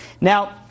Now